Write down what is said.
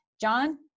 John